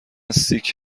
سیک